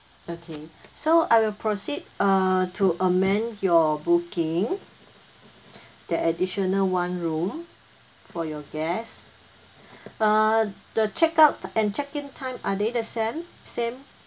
okay so I will proceed uh to amend your booking the additional one room for your guest uh the check out and check in time are they the sam same